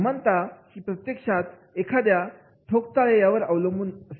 समानता ही प्रत्यक्षात एखाद्या ठोकताळे यावर अवलंबून असते